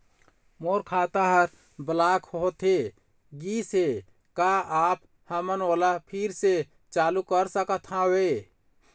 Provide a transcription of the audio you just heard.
मोर खाता हर ब्लॉक होथे गिस हे, का आप हमन ओला फिर से चालू कर सकत हावे?